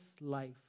life